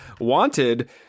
wanted